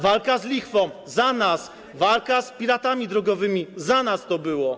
Walka z lichwą - za nas. Walka z piratami drogowymi - za nas to było.